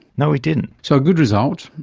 no, we didn't. so, a good result.